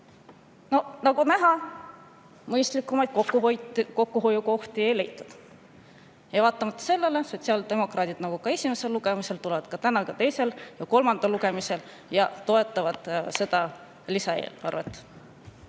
Nagu näha, mõistlikumaid kokkuhoiukohti ei leitud. Ja vaatamata sellele sotsiaaldemokraadid nagu ka esimesel lugemisel tulevad täna teisel ja siis ka kolmandal lugemisel ning toetavad seda lisaeelarvet.